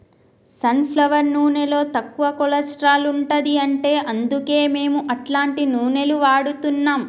sun flower నూనెలో తక్కువ cholesterol ఉంటది అంట అందుకే మేము అట్లాంటి నూనెలు వాడుతున్నాం